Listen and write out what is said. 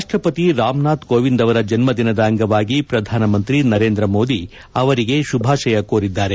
ರಾಷ್ಟಪತಿ ರಾಮನಾಥ್ ಕೋವಿಂದ್ ಅವರ ಜನ್ಮದಿನದ ಅಂಗವಾಗಿ ಪ್ರಧಾನಮಂತ್ರಿ ನರೇಂದ್ರ ಮೋದಿ ಅವರಿಗೆ ಶುಭಾಶಯ ಕೋರಿದ್ದಾರೆ